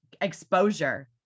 exposure